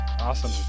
awesome